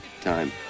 time